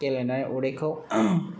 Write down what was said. गेलेना उदैखौ